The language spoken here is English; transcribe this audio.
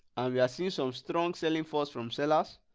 we are seeing some strong selling falls from sellers